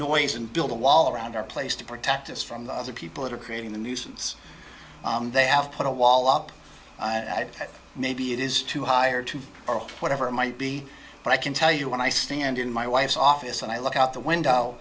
noise and build a wall around our place to protect us from the people that are creating the nuisance they have put a wall up maybe it is too high or too or whatever it might be but i can tell you when i stand in my wife's office and i look out the